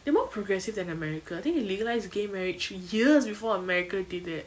they are more progressive than america I think they legalize gay marriage years before america did that